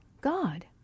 God